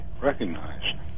recognized